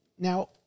Now